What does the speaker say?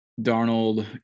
Darnold